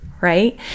right